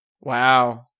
Wow